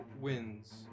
wins